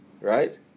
right